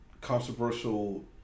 controversial